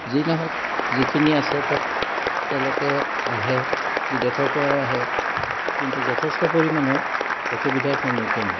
যি নহওক যিখিনি আছে তাত তেওঁলোকে আহে বিদেশৰ পৰাও আহে কিন্তু যথেষ্ট পৰিমাণৰ অসুবিধাৰ সন্মুখীন হয়